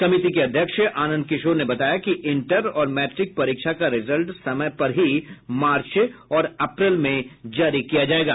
समिति के अध्यक्ष आनंद किशोर ने बताया कि इंटर और मैट्रिक परीक्षा का रिजल्ट समय पर ही मार्च और अप्रैल में जारी किया जायेगा